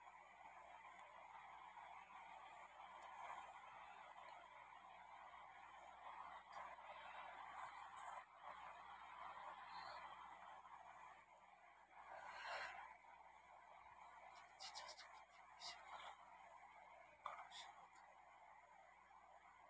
मी एका फाउटी जास्तीत जास्त कितके पैसे घालूक किवा काडूक शकतय?